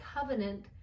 covenant